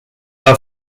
are